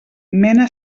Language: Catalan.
mena